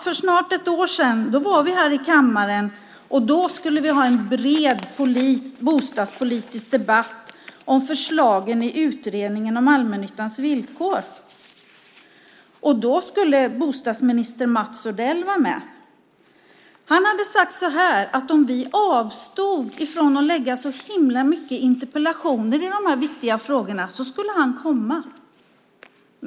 För snart ett år sedan skulle vi i kammaren ha en bred bostadspolitisk debatt om förslagen i utredningen om allmännyttans villkor. Då skulle bostadsminister Mats Odell vara med. Han hade sagt att om vi avstod från att ställa så många interpellationer i dessa viktiga frågor skulle han komma.